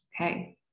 Okay